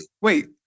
Wait